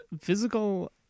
physical